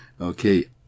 Okay